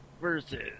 versus